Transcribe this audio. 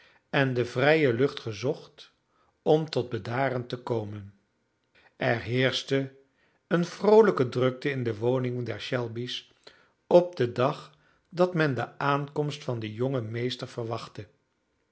en de vrije lucht gezocht om tot bedaren te komen er heerschte eene vroolijke drukte in de woning der shelby's op den dag dat men de aankomst van den jongen meester verwachtte